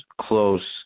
close